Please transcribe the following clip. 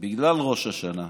בגלל ראש השנה,